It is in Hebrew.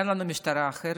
אין לנו משטרה אחרת.